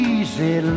Easy